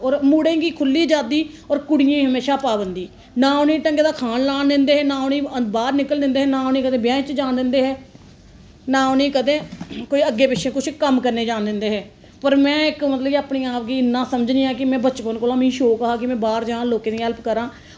होर मुड़ें गी खुल्ली अजादी होर कुड़ियें गी हमेशा पाबंदी ना उ'नेंगी ढंगै दा खान लान दिंदे हे ना उ'नेंगी बाहर निकलन दिंदे हे ना नां उ'नेंगी कुदै ब्याहें च जान दिंदे हे ना उ'नेंगी कदें अग्गें पिच्छें कम्म करने गी जान दिंदे हे होर में इक मतलब कि अपने आप गी इन्ना समझनी आं कि बचपन कोला मिगी शौक हा कि में बाहर जा लोकें दी हेल्प करां